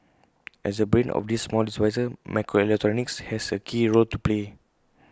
as the brain of these small microelectronics has A key role to play